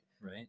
right